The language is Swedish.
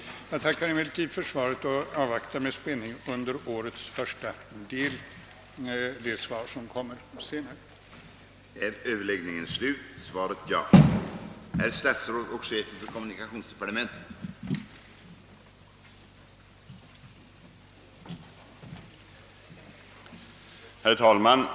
Jag tackar således för svaret och avvaktar med spänning det besked som jag räknar med skall komma under första delen av nästa år.